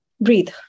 Breathe